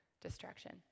destruction